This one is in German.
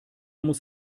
muss